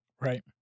right